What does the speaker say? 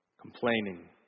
Complaining